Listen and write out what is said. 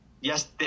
Yes